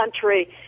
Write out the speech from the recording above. country